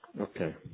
Okay